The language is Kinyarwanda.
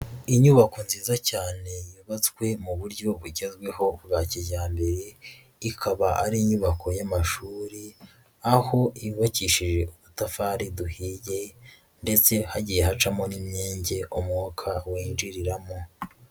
Inyubako nziza cyane yubatswe mu buryo bugezweho bwa kijyambere, ikaba ari inyubako y'amashuri, aho yubakishije udutafari duhiye ndetse hagiye hacamo n'imyenge umwuka winjiriramo.